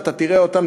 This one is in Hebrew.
כשאתה תראה אותן,